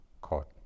caught